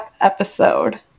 episode